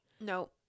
No